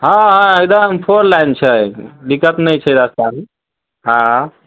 हँ हँ एकदम फोर लाइन छै दिक्कत नहि छै रास्ताके हँ